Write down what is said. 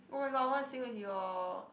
oh my god I want sing with you all